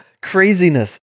craziness